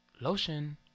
lotion